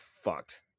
fucked